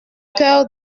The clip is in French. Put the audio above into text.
cœur